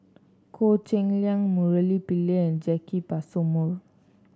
Goh Cheng Liang Murali Pillai and Jacki Passmore